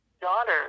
daughter